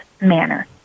manner